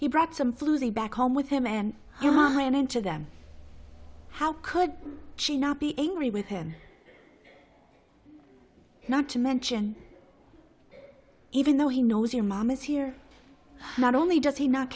you brought some floozy back home with him and i am into them how could she not be in ri with him not to mention even though he knows your mom is here not only does he not